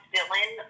Dylan